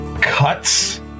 cuts